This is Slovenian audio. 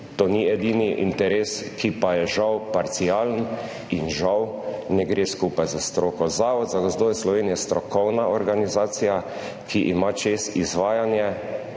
To ni edini interes, ki pa je žal parcialen in žal ne gre skupaj s stroko. Zavod za gozdove Slovenije je strokovna organizacija, ki ima čez izvajanje